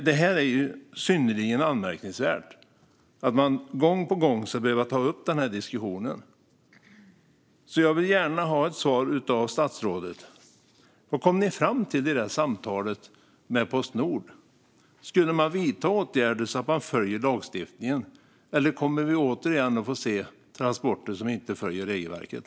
Det är synnerligen anmärkningsvärt att man gång på gång ska behöva ta upp den här diskussionen. Jag vill gärna ha ett svar av statsrådet. Vad kom ni fram till i samtalet med Postnord? Skulle man vidta åtgärder så att man följer lagsstiftningen, eller kommer vi återigen att få se transporter som inte följer regelverket?